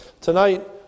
Tonight